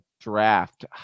draft